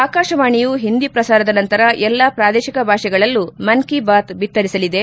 ಆಕಾಶವಾಣಿಯು ಹಿಂದಿ ಪ್ರಸಾರದ ನಂತರ ಎಲ್ಲ ಪ್ರಾದೇಶಿಕ ಭಾಷೆಗಳಲ್ಲೂ ಮನ್ ಕೆ ಬಾತ್ ಬಿತ್ತರಿಸಲಿದೆ